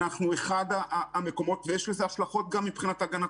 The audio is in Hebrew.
אנחנו אחד המקומות ויש לזה השלכות גם מבחינת הגנת